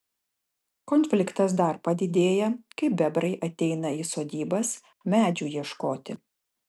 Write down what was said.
konfliktas dar padidėja kai bebrai ateina į sodybas medžių ieškoti